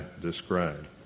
described